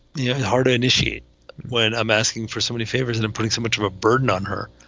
yeah, hard to initiate when i'm asking for somebody favors and i'm putting so much of a burden on her.